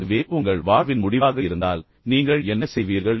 அதுவே உங்கள் வாழ்வின் முடிவாக இருந்தால் நீங்கள் என்ன செய்வீர்கள்